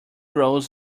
rows